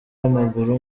w’amaguru